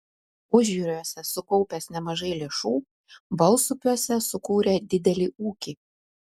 užjūriuose sukaupęs nemažai lėšų balsupiuose sukūrė didelį ūkį